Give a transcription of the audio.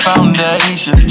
foundation